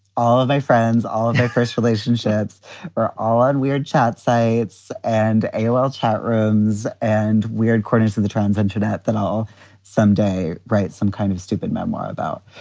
all of my friends, all of my first relationships are all on weird chat sites and aol chat rooms and weird according to the trans internet, that i'll someday write some kind of stupid memoir about.